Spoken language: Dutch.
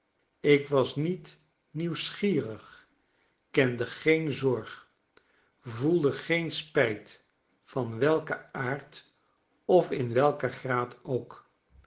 ik was niet nieuwsgierig kende geen zorg voelde geen spijt van welken aard of in welken graad ook